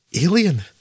Alien